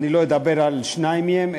אני לא אדבר על שניים מהם.